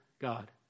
God